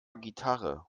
gitarre